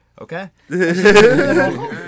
okay